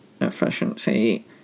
efficiency